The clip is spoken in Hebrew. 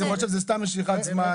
יכול להיות שזאת סתם משיכת זמן.